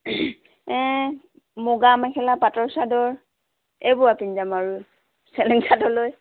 এই মুগা মেখেলা পাটৰ চাদৰ এইবোৰ আৰু পিন্ধি যাম আৰু চেলেং চাদৰ লৈ